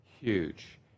huge